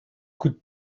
could